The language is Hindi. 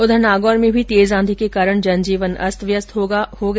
उधर नागौर में भी तेज आंधी के कारण जनजीवन अस्तव्यस्त हो गया